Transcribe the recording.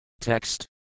Text